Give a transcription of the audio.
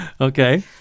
Okay